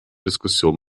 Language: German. diskussionen